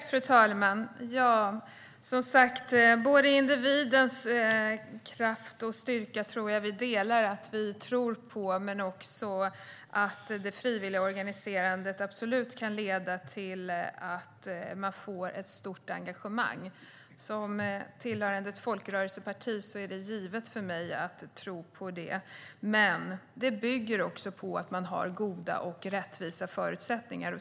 Fru talman! Jag tror att vi delar tron på individens kraft och styrka men också att det frivilliga organiserandet absolut kan leda till att man får ett stort engagemang. För mig som tillhör ett folkrörelseparti är det givet att tro på det. Men det bygger också på att man har goda och rättvisa förutsättningar.